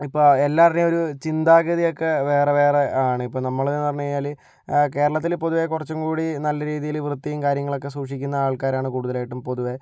ഇപ്പോൾ എല്ലാവരുടേയും ഒരു ചിന്താഗതിയൊക്കെ വേറെ വേറെ ആണ് ഇപ്പോൾ നമ്മളെന്നു പറഞ്ഞു കഴിഞ്ഞാൽ കേരളത്തിൽ പൊതുവെ കുറച്ചും കൂടി നല്ല രീതിയിൽ വൃത്തിയും കാര്യങ്ങളൊക്കെ സൂക്ഷിക്കുന്ന ആൾക്കാരാണ് കൂടുതലായിട്ടും പൊതുവെ